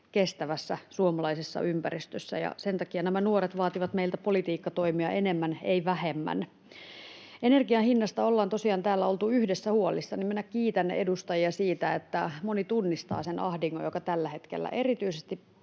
kestävässä suomalaisessa ympäristössä. Sen takia nuoret vaativat meiltä politiikkatoimia enemmän, ei vähemmän. Energian hinnasta ollaan tosiaan täällä oltu yhdessä huolissamme, ja kiitän edustajia siitä, että moni tunnistaa sen ahdingon, joka tällä hetkellä erityisesti